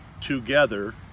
together